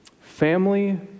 family